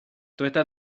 dyweda